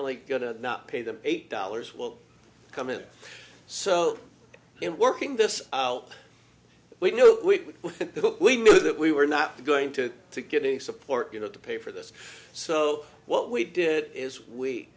only going to not pay them eight dollars will come in so in working this out we knew we knew that we were not going to to get any support you know to pay for this so what we did is we